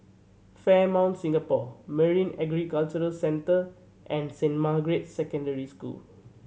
Fairmont Singapore Marine Aquaculture Centre and Saint Margaret's Secondary School